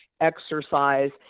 exercise